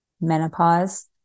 menopause